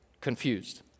confused